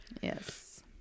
yes